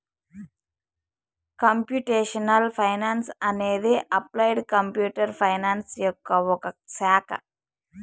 computational finance అనేది applied computer science యొక్క ఒక శాఖ